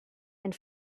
and